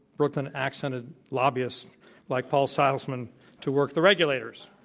brooklyn accented lobbyists like paul saltzman to work the regulators.